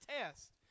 test